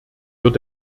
wird